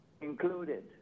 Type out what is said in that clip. included